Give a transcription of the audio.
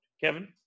Kevin